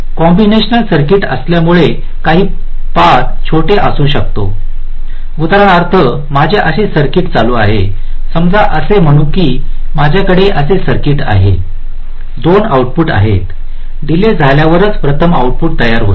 combinational circuit असल्यामुळे काही path छोटा असू शकतो उदाहरणार्थ माझ्याकडे असे सर्किट चालू आहे समजा असे म्हणू या की माझ्याकडे असे सर्किट आहे 2 आउटपुट आहेत डीले झाल्यावरच प्रथम आउटपुट तयार होते